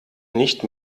nicht